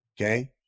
okay